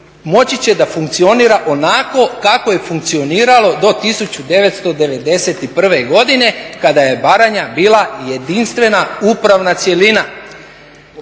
moći će da funkcionira onako kako je funkcioniralo do 1991. godine kada je Baranja bila jedinstvena upravna cjelina,